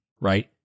right